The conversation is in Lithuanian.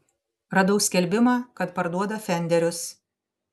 radau skelbimą kad parduoda fenderius